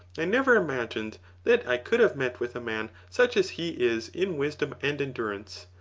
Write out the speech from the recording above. i never imagined that i could have met with a man such as he is in wisdom and endurance.